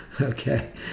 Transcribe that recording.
Okay